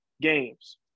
games